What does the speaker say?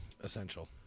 essential